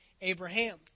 Abraham